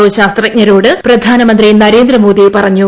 O ശാസ്ത്രജ്ഞരോട് പ്രധാനമന്ത്രി നരേന്ദ്രമോദി പറഞ്ഞു